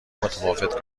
متفاوت